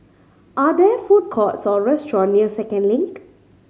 are there food courts or restaurant near Second Link